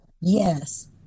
Yes